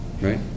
right